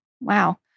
Wow